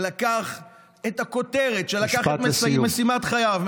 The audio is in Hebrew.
שלקח את הכותרת, משפט לסיום.